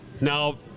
Now